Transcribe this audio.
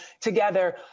together –